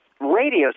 radio